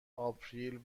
آپریل